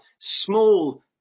small